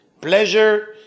pleasure